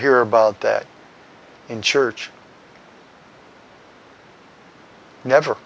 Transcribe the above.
hear about that in church never